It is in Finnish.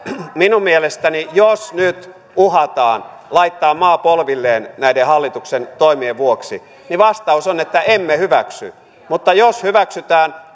minun mielestäni jos nyt uhataan laittaa maa polvilleen näiden hallituksen toimien vuoksi vastaus on emme hyväksy mutta jos hyväksytään